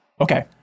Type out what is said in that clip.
Okay